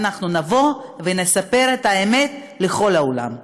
אנחנו נבוא ונספר את האמת לכל העולם.